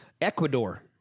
Ecuador